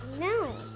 No